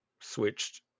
switched